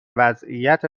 وضعیت